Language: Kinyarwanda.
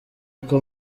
uko